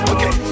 Okay